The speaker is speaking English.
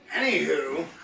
Anywho